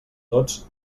tots